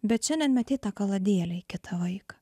bet šiandien metei tą kaladėlę į kitą vaiką